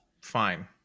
Fine